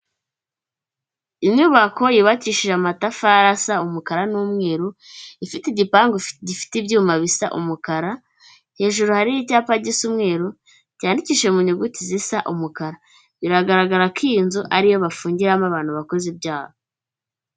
Inyubako yubakishije amatafari asa umukara n'umweru, ifite igipangu gifite ibyuma bisa umukara, hejuru hariho icyapa gisa umweru, cyandikishije mu nyuguti zisa umukara. Biragaragara ko iyi nzu ariyo bafungiramo abantu bakoze ibyaha.